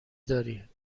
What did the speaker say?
داری